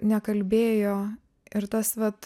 nekalbėjo ir tas vat